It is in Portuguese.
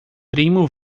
primo